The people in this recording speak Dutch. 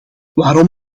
waarom